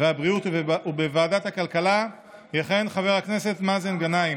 והבריאות ובוועדת הכלכלה יכהן חבר הכנסת מאזן גנאים.